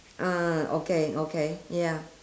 ah okay okay ya